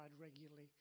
regularly